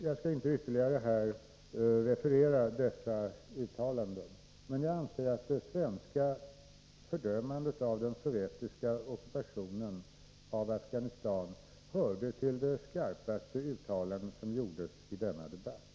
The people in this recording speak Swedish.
Jag skall inte ytterligare referera dessa uttalanden, men jag anser att det Nr 39 i svenska fördömandet av den sovjetiska ockupationen av Afghanistan hör till Måndagen den de skarpaste uttalanden som har gjorts i denna debatt.